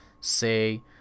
say